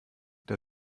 der